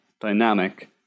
dynamic